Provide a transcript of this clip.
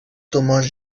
tumors